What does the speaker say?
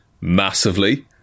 massively